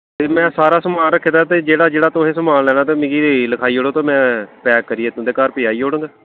में सारा समान रक्खे दा ऐ ते जेह्ड़ा जेह्ड़ा तुसें समान लैना ऐ ते मिगी लखाई ओड़ो तुस ते में पैक करियै तुंदे घर पज़ाई ओड़ङ